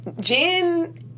Jen